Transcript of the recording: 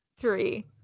Three